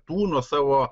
tūno savo